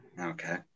okay